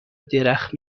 درخت